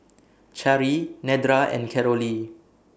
Cari Nedra and Carolee